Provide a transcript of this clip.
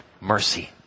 mercy